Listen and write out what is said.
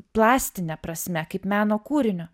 plastine prasme kaip meno kūrinio